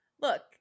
Look